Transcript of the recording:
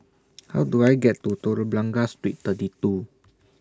How Do I get to Telok Blangah Street thirty two